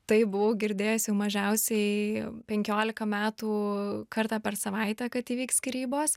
tai buvau girdėjusi jau mažiausiai penkiolika metų kartą per savaitę kad įvyks skyrybos